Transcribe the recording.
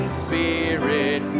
spirit